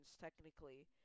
technically